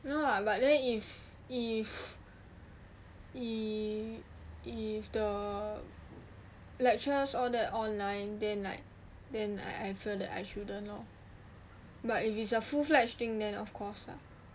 no lah but then if if if if the lectures all that online then like then I feel that I shouldn't lor but then if it's a full fledged thing then of course lah